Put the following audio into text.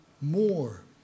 more